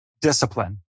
discipline